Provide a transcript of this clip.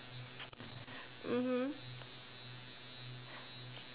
mmhmm